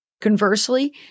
Conversely